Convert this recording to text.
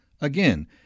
Again